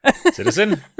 Citizen